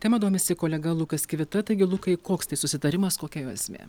tema domisi kolega lukas kivita taigi lukai koks tai susitarimas kokia jo esmė